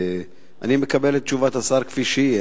אני מקבל את תשובת השר כפי שהיא.